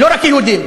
לא רק יהודים.